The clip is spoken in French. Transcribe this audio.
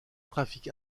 trafic